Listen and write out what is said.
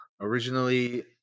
originally